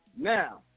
Now